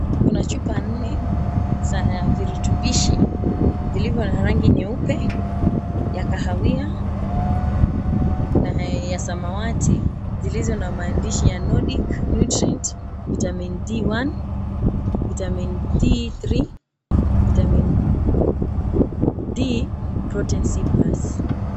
Kuna chupa nne za virutubishi, vilivyo na rangi nyeupe, ya kahawia na ya samawati. Zilizo na maandishi ya, Nordic Nutrient Vitamin D1, Vitamin D3, Vitamin D, potency+.